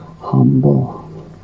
humble